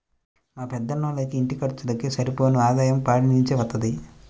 మా పెదనాన్నోళ్ళకి ఇంటి ఖర్చులకు సరిపోను ఆదాయం పాడి నుంచే వత్తది